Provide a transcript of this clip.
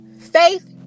faith